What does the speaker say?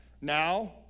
now